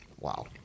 Wow